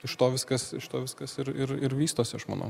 iš to viskas viskas ir ir ir vystosi aš manau